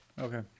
Okay